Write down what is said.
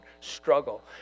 struggle